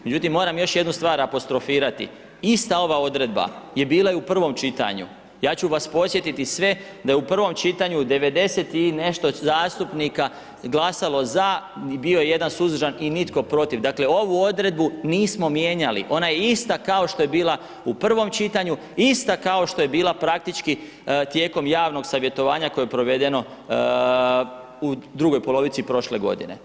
Međutim, moram još jednu stvar apostrofirati, ista ova odredba je bila i u prvom čitanju, ja ću vas podsjetiti sve da je u prvom čitanju 90 i nešto zastupnika glasalo za, bio je 1 suzdržan i nitko protiv, dakle ovu odredbu nismo mijenjali ona je ista kao što je bila u prvom čitanju, ista kao što je bila praktički tijekom javnog savjetovanja koje je provedeno u drugoj polovici prošle godine.